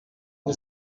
the